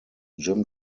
gym